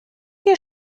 hier